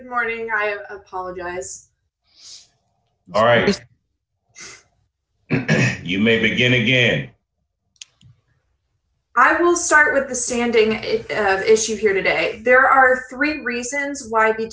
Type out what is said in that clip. of the morning i apologize all right you may begin again i will start with the standing issue here today there are three reasons why